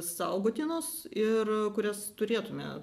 saugotinos ir kurias turėtume